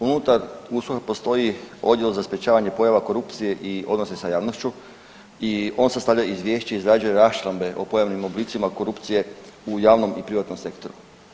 Unutar USKOK-a postoji Odjel za sprječavanje pojava korupcije i odnosa sa javnošću i on sastavlja Izvješće, izrađuje raščlambe o pojavnim oblicima korupcije u javnom i privatnom sektoru.